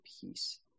peace